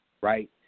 right